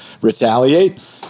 retaliate